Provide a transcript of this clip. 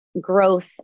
Growth